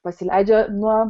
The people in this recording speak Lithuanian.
pasileidžia nuo